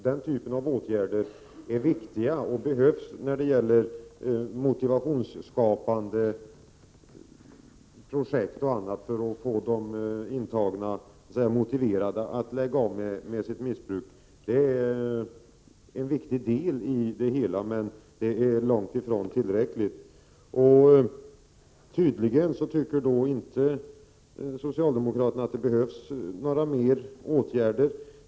Den typen av åtgärder är viktiga och behövs för att få de intagna motiverade att sluta med sitt missbruk; det är en viktig del i det hela, men det är långt ifrån tillräckligt. Tydligen tycker socialdemokraterna inte att det behövs några fler åtgärder.